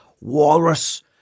Walrus